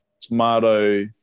tomato